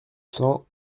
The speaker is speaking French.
cents